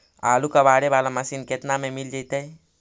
आलू कबाड़े बाला मशीन केतना में मिल जइतै?